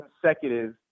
consecutive